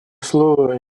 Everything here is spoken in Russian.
слово